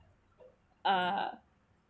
uh